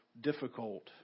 difficult